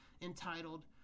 entitled